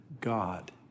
God